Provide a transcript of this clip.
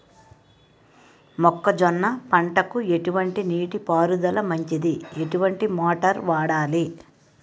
మొక్కజొన్న పంటకు ఎటువంటి నీటి పారుదల మంచిది? ఎటువంటి మోటార్ వాడాలి?